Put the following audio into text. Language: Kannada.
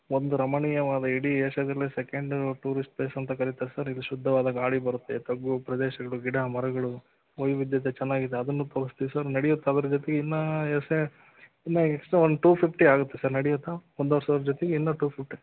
ಒಂದು ರಮಣೀಯವಾದ ಇಡೀ ಏಷ್ಯಾದಲ್ಲೇ ಸೆಕೆಂಡ್ ಟೂರಿಸ್ಟ್ ಪ್ಲೇಸ್ ಅಂತ ಕರೀತಾರೆ ಸರ್ ಇಲ್ಲಿ ಶುದ್ಧವಾದ ಗಾಳಿ ಬರತ್ತೆ ತಗ್ಗು ಪ್ರದೇಶಗಳು ಗಿಡ ಮರಗಳು ವೈವಿಧ್ಯತೆ ಚೆನ್ನಾಗಿದೆ ಅದನ್ನೂ ತೋರಿಸ್ತೀವಿ ಸರ್ ನಡೆಯುತ್ತಾ ಅದರ ಜೊತೆಗೆ ಇನ್ನೂ ಎಕ್ಸ್ಟ್ರಾ ಇನ್ನೂ ಎಕ್ಸ್ಟ್ರಾ ಒಂದು ಟೂ ಫಿಫ್ಟಿ ಆಗತ್ತೆ ಸರ್ ನಡೆಯುತ್ತಾ ಒಂದೂವರೆ ಸಾವಿರದ ಜೊತೆ ಇನ್ನೂ ಟೂ ಫಿಫ್ಟಿ